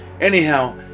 Anyhow